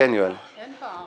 נימוק